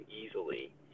easily